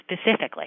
specifically